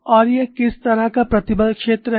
और यह किस तरह का प्रतिबल क्षेत्र है